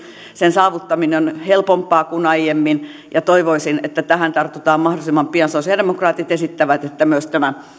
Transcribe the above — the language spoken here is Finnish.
sen saavuttaminen on helpompaa kuin aiemmin ja toivoisin että tähän tartutaan mahdollisimman pian sosiaalidemokraatit esittävät että myös